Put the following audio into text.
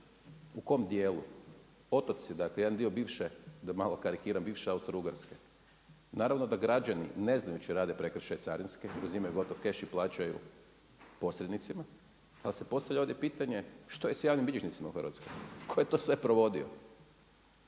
u kom dijelu? Otoci dakle, jedan dio bivše, da malo karikiram bivše Austro-ugarske. Naravno da građani ne znajući rade prekršaj carinski, uzimaju gotov cash i plaćaju posrednicima. Ali se postavlja ovdje pitanje što je s javnim bilježnicima u Hrvatskoj? Tko je to sve provodio,